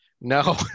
No